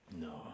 No